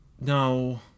No